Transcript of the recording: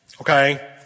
Okay